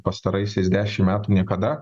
pastaraisiais dešimt metų niekada